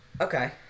Okay